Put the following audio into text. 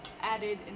added